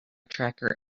tracker